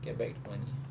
get back the money